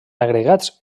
agregats